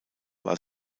war